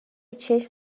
چشم